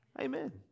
Amen